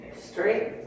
straight